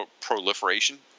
proliferation